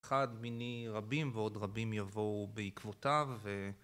אחד מיני רבים ועוד רבים יבואו בעקבותיו